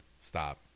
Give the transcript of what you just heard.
stop